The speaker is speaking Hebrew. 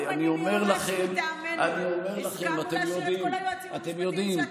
רבותיי, אני אומר לכם, אתם יודעים, אתם יודעים,